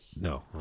no